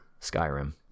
Skyrim